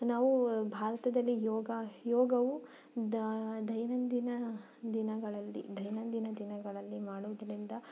ನಾವು ಭಾರತದಲ್ಲಿ ಯೋಗ ಯೋಗವು ದೈನಂದಿನ ದಿನಗಳಲ್ಲಿ ದೈನಂದಿನ ದಿನಗಳಲ್ಲಿ ಮಾಡೋದರಿಂದ